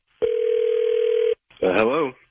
Hello